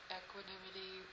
equanimity